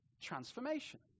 transformation